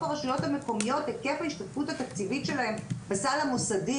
היקף ההשתתפות התקציבית של הרשויות המקומיות בסל המוסדי